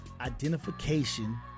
identification